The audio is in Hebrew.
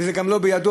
וזה גם לא בידו,